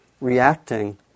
reacting